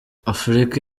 afurika